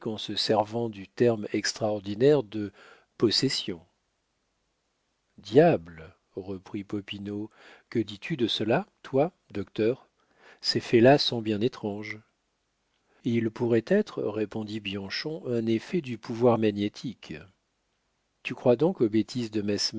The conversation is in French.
se servant du terme extraordinaire de possession diable reprit popinot que dis-tu de cela toi docteur ces faits là sont bien étranges ils pourraient être répondit bianchon un effet du pouvoir magnétique tu crois donc aux bêtises